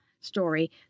story